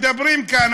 מדברים כאן,